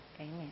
Amen